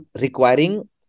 requiring